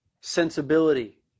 sensibility